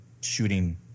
shooting